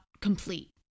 complete